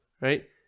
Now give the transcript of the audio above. right